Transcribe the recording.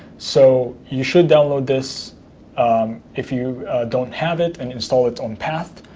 so you should download this if you don't have it, and install it on path.